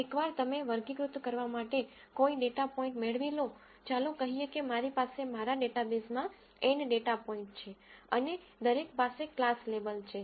એકવાર તમે વર્ગીકૃત કરવા માટે કોઈ ડેટા પોઇન્ટ મેળવી લો ચાલો કહીએ કે મારી પાસે મારા ડેટાબેઝમાં N ડેટા પોઇન્ટ છે અને દરેક પાસે ક્લાસ લેબલ છે